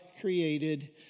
created